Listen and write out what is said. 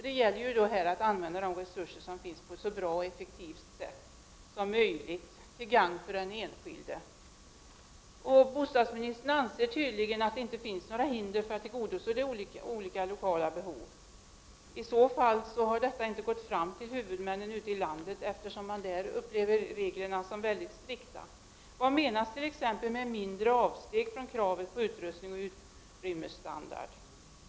Det gäller att använda de resurser som finns på ett så bra och effektivt sätt som möjligt till gagn för den enskilde. Bostadsministern anser tydligen att det inte finns några hinder för att tillgodose de olika lokala behoven. I så fall har detta inte gått fram till huvudmännen ute i landet, eftersom de upplever reglerna som mycket strikta. Vad menas t.ex. med mindre avsteg från kravet på utrustningsoch utrymmesstandard?